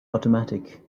automatic